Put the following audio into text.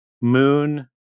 Moon